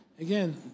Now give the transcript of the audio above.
again